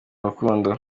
rukundo